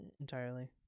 entirely